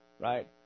right